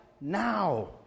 now